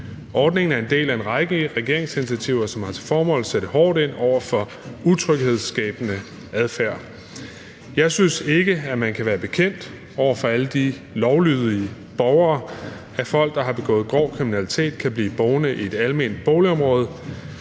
Ordningen er en del af en række regeringsinitiativer, som har til formål at sætte hårdt ind over for utryghedsskabende adfærd. Jeg synes ikke, at man kan være bekendt over for alle de lovlydige borgere, at folk, der har begået grov kriminalitet, kan blive boende i et almennyttigt boligområde.